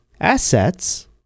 assets